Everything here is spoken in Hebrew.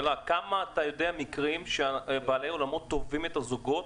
על כמה מקרים אתה יודע שבעלי האולמות תובעים את הזוגות